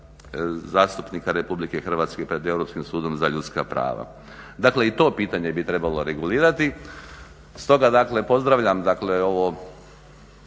zastupnika Republike Hrvatske pred Europskim sudom za ljudska prava. Dakle i to pitanje bi trebalo regulirati. Stoga dakle pozdravljam ovo